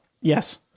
Yes